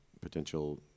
potential